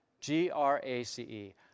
G-R-A-C-E